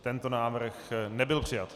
Tento návrh nebyl přijat.